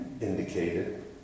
indicated